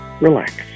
relax